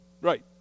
Right